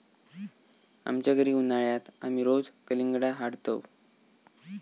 आमच्या घरी उन्हाळयात आमी रोज कलिंगडा हाडतंव